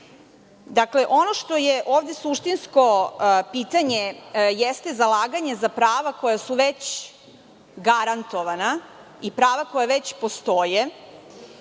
ono što je ovde suštinsko pitanje jeste zalaganje za prava koja su već garantovana i prava koja već postoje,